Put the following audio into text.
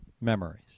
memories